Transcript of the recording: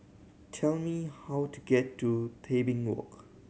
tell me how to get to Tebing Walk